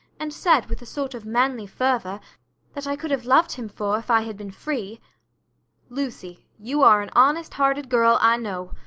and said with a sort of manly fervour that i could have loved him for if i had been free lucy, you are an honest-hearted girl, i know.